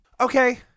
okay